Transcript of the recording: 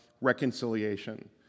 reconciliation